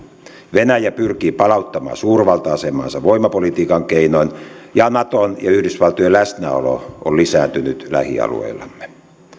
venäjä pyrkii palauttamaan suurvalta asemaansa voimapolitiikan keinoin ja naton ja yhdysvaltojen läsnäolo on lisääntynyt lähialueillamme